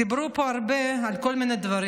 דיברו פה הרבה על כל מיני דברים.